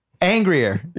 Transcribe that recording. Angrier